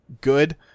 good